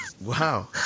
Wow